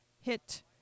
hit